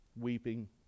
weeping